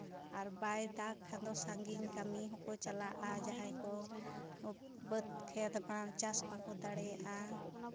ᱟᱨ ᱵᱟᱭ ᱫᱟᱜ ᱠᱷᱚᱱ ᱫᱚ ᱥᱟᱺᱜᱤᱧ ᱠᱟᱹᱢᱤ ᱦᱚᱸ ᱠᱚ ᱪᱟᱞᱟᱜᱼᱟ ᱡᱟᱦᱟᱸᱭ ᱠᱚ ᱵᱟᱹᱫ ᱠᱷᱮᱛ ᱵᱟᱹᱫᱽ ᱪᱟᱥ ᱵᱟᱠᱚ ᱫᱟᱲᱮᱭᱟᱜᱼᱟ